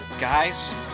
Guys